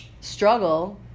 struggle